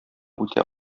үтә